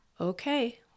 okay